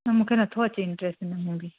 त मूंखे नथो अचे इट्रेस्ट हिन में बि